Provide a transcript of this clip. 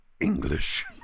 English